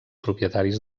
propietaris